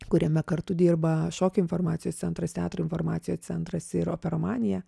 kuriame kartu dirba šokio informacijos centras teatro informacijo centras ir operomanija